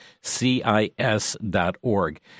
CIS.org